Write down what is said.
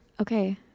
Okay